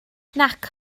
nac